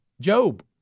Job